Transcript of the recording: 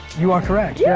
you are correct. yeah